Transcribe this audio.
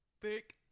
thick